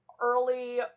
early